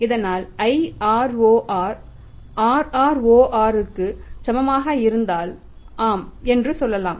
இதனால் IROR RRORருக்கு சமமாக இருந்தால் ஆம் என்று சொல்லலாம்